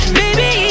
baby